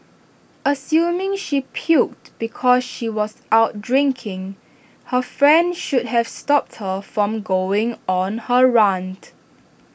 assuming she puked because she was out drinking her friend should have stopped her from going on her rant